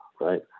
right